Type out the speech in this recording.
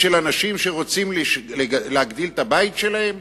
של אנשים שרוצים להגדיל את הבית שלהם?